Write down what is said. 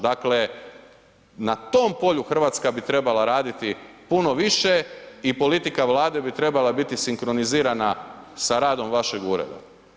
Dakle na tom polju Hrvatska bi trebala raditi puno više i politika Vlade bi trebala biti sinkronizirana sa radom vašeg ureda.